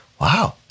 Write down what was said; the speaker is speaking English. wow